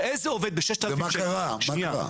מה קרה?